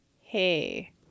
hey